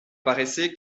parece